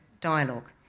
dialogue